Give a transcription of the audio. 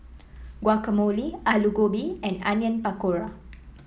Guacamole Alu Gobi and Onion Pakora